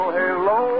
hello